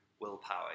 willpower